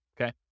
okay